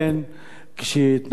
כשתנועת המחאה